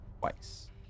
twice